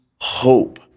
hope